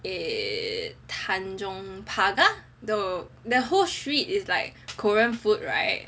eh Tanjong Pagar the the whole street is like korean food right